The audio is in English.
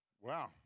Wow